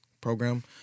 program